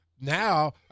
now